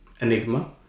enigma